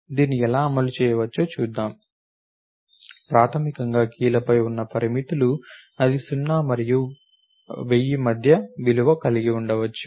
దీన్ని ఎలా అమలు చేయవచ్చో చూద్దాం ప్రాథమికంగా కీలపై ఉన్న పరిమితులు అది 0 మరియు 1000 మధ్య విలువ కలిగి ఉండవచ్చు